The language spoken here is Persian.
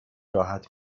راحت